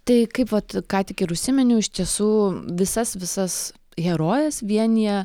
tai kaip vat ką tik ir užsiminiau iš tiesų visas visas herojes vienija